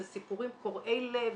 זה סיפורים קורעי לב,